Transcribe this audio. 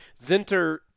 Zinter